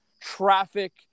traffic